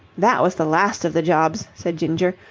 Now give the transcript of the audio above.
that was the last of the jobs, said ginger.